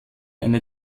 eine